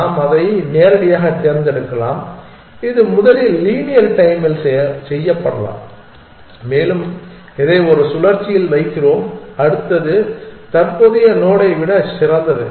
நாம் அதை நேரடியாகத் தேர்ந்தெடுக்கலாம் இது முதலில் லீனியர் டைம்மில் செய்யப்படலாம் மேலும் இதை ஒரு சுழற்சியில் வைக்கிறோம் அடுத்தது தற்போதைய நோடை விட சிறந்தது